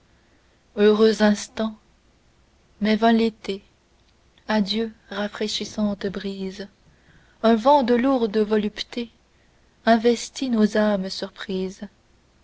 heureux instants mais vint l'été adieu rafraîchissantes brises un vent de lourde volupté investit nos âmes surprises